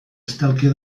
estalkia